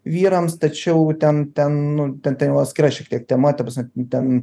vyrams tačiau ten ten ten jau atskira šiek tiek tema ta prasme ten